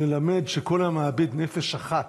ללמד שכל המאבד נפש אחת,